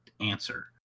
answer